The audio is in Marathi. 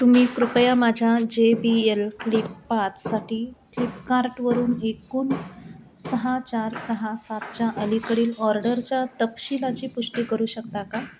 तुम्ही कृपया माझ्या जे बी एल क्लिक पाचसाठी फ्लिपकार्टवरून एकूण सहा चार सहा सातच्या अलीकडील ऑर्डरच्या तपशीलाची पुष्टी करू शकता का